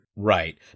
Right